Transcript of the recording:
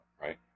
right